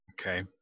Okay